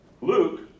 Luke